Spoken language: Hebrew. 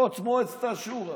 ראש מועצת השורא.